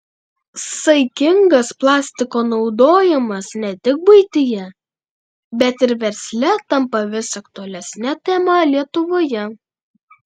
saikingas plastiko naudojimas ne tik buityje bet ir versle tampa vis aktualesne tema lietuvoje